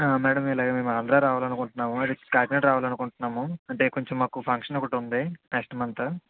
madam ఇలా మేము ఆంధ్ర రావాలనుకుంటున్నాము అదే కాకినాడ రావాలనుకుంటున్నాము అంటే కొంచం మాకు ఫంక్షన్ ఒకటి ఉంది నెక్స్ట్ మంత్